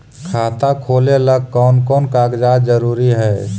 खाता खोलें ला कोन कोन कागजात जरूरी है?